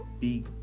big